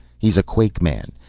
he's a quakeman.